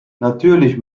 natürlich